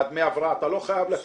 מה, דמי הבראה אתה לא חייב לתת?